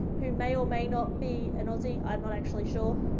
who may or may not be an aussie, i'm not actually sure.